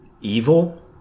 evil